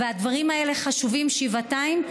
והדברים האלה חשובים שבעתיים,